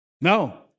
no